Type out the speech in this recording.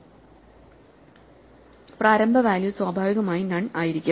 പ്രാരംഭ വാല്യൂ സ്വാഭാവികമായി നൺ ആയിരിക്കും